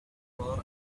from